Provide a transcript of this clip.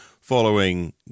following